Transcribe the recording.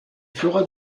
fera